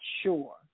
sure